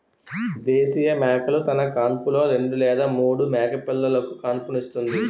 దేశీయ మేకలు తన కాన్పులో రెండు లేదా మూడు మేకపిల్లలుకు కాన్పుస్తుంది